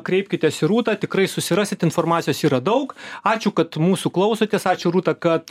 kreipkitės į rūtą tikrai susirasit informacijos yra daug ačiū kad mūsų klausotės ačiū rūta kad